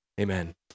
Amen